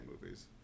movies